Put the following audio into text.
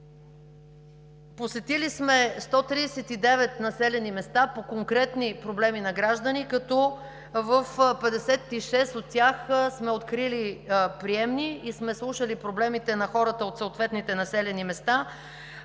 Посетили сме 139 населени места по конкретни проблеми на граждани, като в 56 от тях сме открили приемни и сме слушали проблемите на хората от съответните населени места;